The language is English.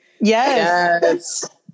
Yes